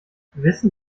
wissen